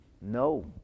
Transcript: No